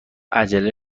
عجله